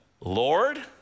Lord